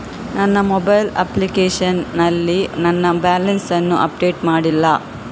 ನನ್ನ mobile application ನಲ್ಲಿ ನನ್ನ ಬ್ಯಾಲೆನ್ಸ್ ಅನ್ನು ಅಪ್ಡೇಟ್ ಮಾಡ್ಲಿಲ್ಲ